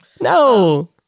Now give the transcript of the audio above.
No